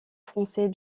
français